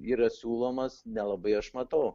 yra siūlomas nelabai aš matau